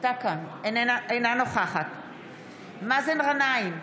אינה נוכחת מאזן גנאים,